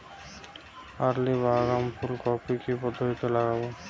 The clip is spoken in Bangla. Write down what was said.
আর্লি বা আগাম ফুল কপি কি পদ্ধতিতে লাগাবো?